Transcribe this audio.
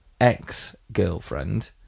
ex-girlfriend